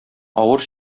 авыр